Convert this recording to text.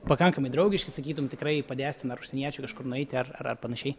pakankamai draugiški sakytum tikrai padėsim ar užsieniečiui kažkur nueiti ar ar ar panašiai